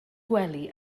gwely